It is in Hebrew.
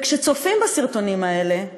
וכשצופים בסרטונים האלה,